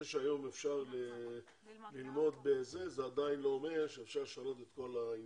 זה שהיום אפשר ללמוד בזום זה עדיין לא אומר שאפשר לשנות את כל העניין.